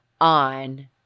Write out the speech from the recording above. on